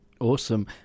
Awesome